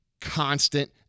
constant